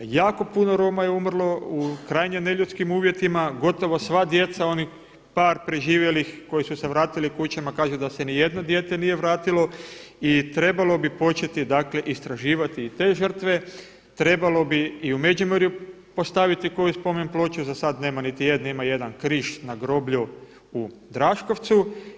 Jako puno Roma je umrlo u krajnje neljudskim uvjetima, gotovo sva djeca, onih par preživjelih koji su se vratili kućama kažu da se niti jedno dijete nije vratilo i trebalo bi početi dakle istraživati i te žrtve, trebalo bi i u Međumurju postaviti koju spomenploču, za sada nema niti jedne, ima jedan križ na groblju u Draškovcu.